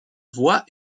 voix